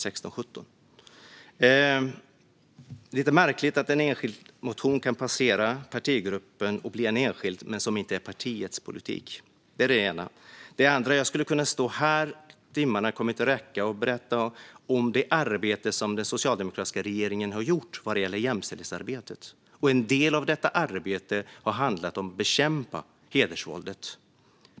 Det är lite märkligt att en enskild motion kan passera partigruppen och lämnas in men inte är partiets politik. Jag skulle kunna stå här och berätta om det arbete som den socialdemokratiska regeringen har gjort vad gäller jämställdheten, men timmarna kommer inte att räcka till. En del av detta arbete har handlat om att bekämpa hedersvåldet.